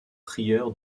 prieur